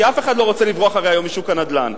כי אף אחד הרי לא רוצה לברוח היום משוק הנדל"ן.